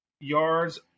yards